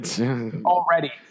already